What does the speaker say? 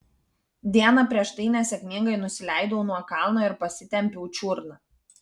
dieną prieš tai nesėkmingai nusileidau nuo kalno ir pasitempiau čiurną